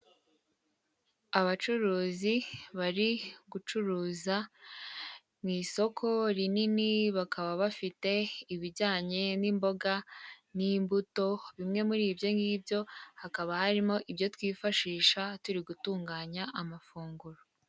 Abacuruzi bari gucuruza mu isoko rinini, bakaba bafite ibijyanye n'imboga n'imbuto, bimwe muri ibyo ngibyo hakaba harimo ibyo twifashisha turi gutunganya amafunguro.